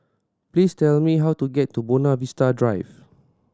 please tell me how to get to North Buona Vista Drive